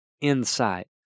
insight